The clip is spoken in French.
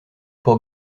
pour